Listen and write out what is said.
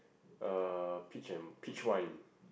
uh peach and peach wine